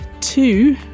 two